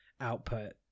output